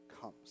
comes